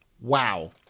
Wow